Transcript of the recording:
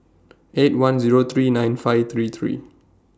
eight one Zero three nine five three three